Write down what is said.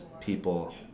people